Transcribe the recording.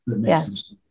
Yes